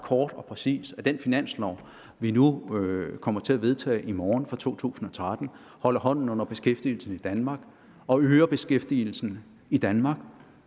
kort og præcist, at den finanslov for 2013, som vi nu kommer til at vedtage i morgen, holder hånden under beskæftigelsen i Danmark, øger beskæftigelsen i Danmark